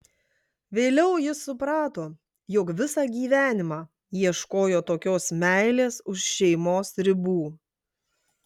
vėliau jis suprato jog visą gyvenimą ieškojo tokios meilės už šeimos ribų